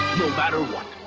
no matter what!